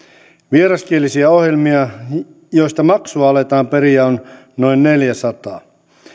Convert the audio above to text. vieraskielisiä ohjelmia joista maksua aletaan periä on noin neljäsataa